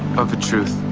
of a truth